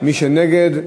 מי שנגד,